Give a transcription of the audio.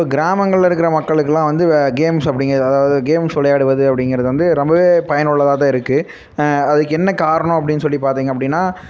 இப்போது கிராமங்களில் இருக்கிற மக்களுக்குலாம் வந்து வ கேம்ஸ் அப்படிங்கிறது அதாவது கேம்ஸ் விளையாடுவது அப்படிங்கிறது வந்து ரொம்ப பயனுள்ளதாக தான் இருக்குது அதுக்கென்ன காரணம் அப்படின்னு சொல்லி பார்த்திங்க அப்படின்னா